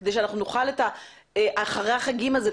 כדי שנוכל את האחרי חגים הזה,